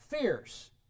fierce